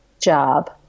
job